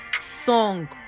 song